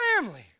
family